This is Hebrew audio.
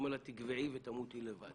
הוא אומר לה, תגוועי ותמותי לבד.